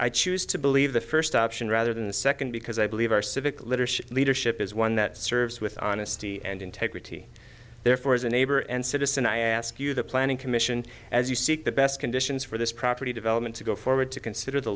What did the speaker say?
i choose to believe the first option rather than the second because i believe our civic literacy leadership is one that serves with honesty and integrity therefore as a neighbor and citizen i ask you the planning commission as you seek the best conditions for this property development to go forward to consider the